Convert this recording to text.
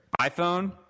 iPhone